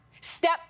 Step